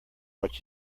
what